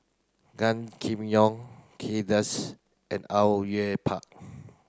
Gan Kim Yong Kay Das and Au Yue Pak